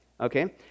Okay